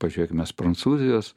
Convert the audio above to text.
pažiūrėkim mes prancūzijos